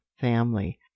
family